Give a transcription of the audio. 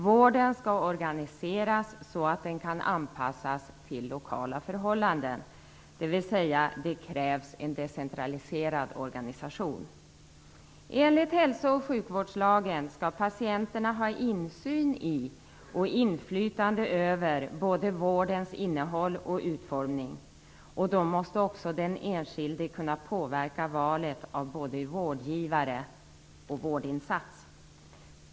Vården skall organiseras så att den kan anpassas till lokala förhållanden, dvs. det krävs en decentraliserad organisation. Enligt hälso och sjukvårdslagen skall patienterna ha insyn i och inflytande över vårdens innehåll och utformning. Då måste också den enskilde kunna påverka valet av både vårdgivare och vårdinsats.